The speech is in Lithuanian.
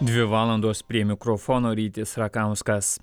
dvi valandos prie mikrofono rytis rakauskas